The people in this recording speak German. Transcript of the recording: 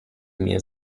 mir